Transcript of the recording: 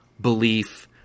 belief